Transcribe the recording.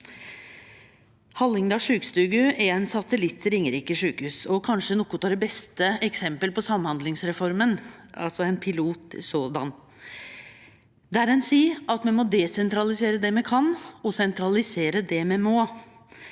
Hallingdal sjukestugu er ein satellitt til Ringerike sykehus og kanskje eit av dei beste eksempla på samhandlingsreforma, altså ein pilot, der ein seier at me må desentralisere det me kan, og sentralisere det me må.